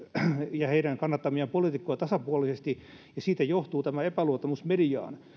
ja heidän kannattamiaan poliitikkoja tasapuolisesti ja siitä johtuu tämä epäluottamus mediaan